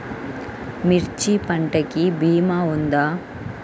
మిర్చి పంటకి భీమా ఉందా?